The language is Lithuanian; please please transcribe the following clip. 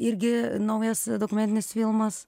irgi naujas dokumentinis filmas